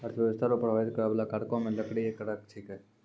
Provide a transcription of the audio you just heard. अर्थव्यस्था रो प्रभाबित करै बाला कारको मे से लकड़ी एक कारक छिकै